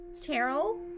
Terrell